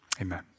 Amen